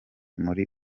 muri